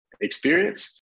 experience